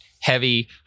heavy